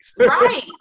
right